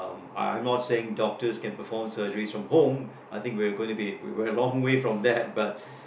I'm not saying doctors can perform surgeries from home I think we're going to be we're we're a long way from that but